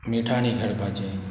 मिठाणी खेळपाचें